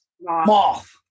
Moth